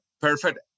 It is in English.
perfect